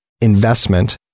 investment